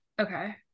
okay